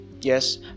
yes